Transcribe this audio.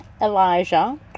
Elijah